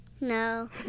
No